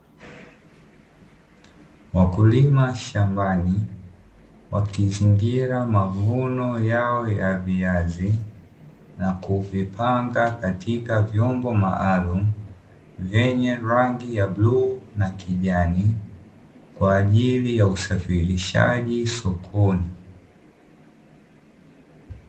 Wakulima shambani wakizingira mavuno yao ya viazi na kuvipanga katika vyombo maalumu, venye rangi ya bluu na kijani, kwa ajili ya usafirishaji sokoni.